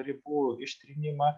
ribų ištrynimą